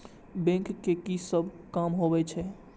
Bank के की सब काम होवे छे?